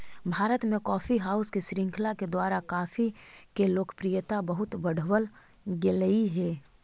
भारत में coffee house के श्रृंखला के द्वारा कॉफी के लोकप्रियता बहुत बढ़बल गेलई हे